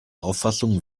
auffassungen